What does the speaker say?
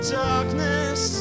darkness